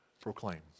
proclaim